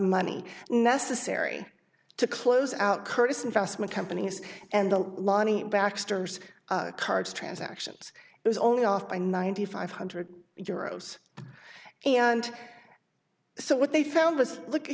money necessary to close out curtis investment companies and the lonny baxter's cards transactions there's only off by ninety five hundred euros and so what they found was look